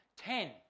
Ten